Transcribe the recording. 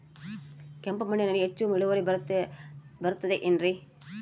ಕೆಂಪು ಮಣ್ಣಲ್ಲಿ ಹೆಚ್ಚು ಇಳುವರಿ ಬರುತ್ತದೆ ಏನ್ರಿ?